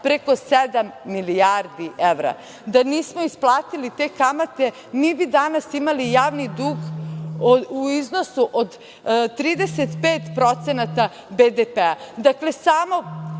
preko sedam milijardi evra. Da nismo isplatili te kamate, mi bi danas imali javni dug u iznosu od 35% BDP-a. Dakle, samo